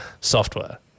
software